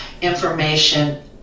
information